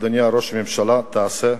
ומה, אדוני ראש הממשלה, תעשה אז?